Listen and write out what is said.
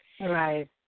Right